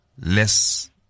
less